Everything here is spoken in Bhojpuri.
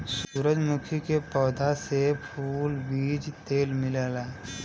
सूरजमुखी के पौधा से फूल, बीज तेल मिलेला